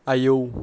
आयौ